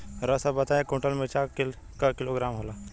रउआ सभ बताई एक कुन्टल मिर्चा क किलोग्राम होला?